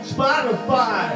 Spotify